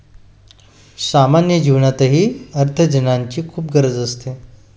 सामान्य जीवनातही अर्थार्जनाची खूप गरज असते